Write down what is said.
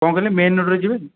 କ'ଣ କହିଲେ ମେନ ରୋଡ଼ରେ ଯିବେ